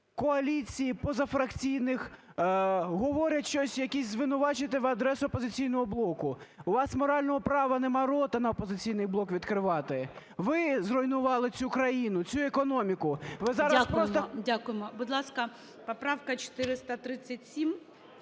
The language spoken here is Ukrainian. коаліції, позафракційних говорять щось якісь звинувачення на адресу "Опозиційного блоку". У вас морального права нема рота на "Опозиційний блок" відкривати. Ви зруйнували цю країну, цю економіку. Ви зараз просто…